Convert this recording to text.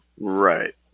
Right